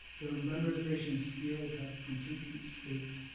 their memorization skills have completely escaped.